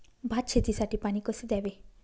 भात शेतीसाठी पाणी कसे द्यावे?